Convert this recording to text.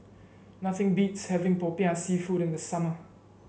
nothing beats having popiah seafood in the summer